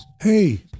Hey